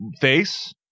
Face